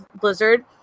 Blizzard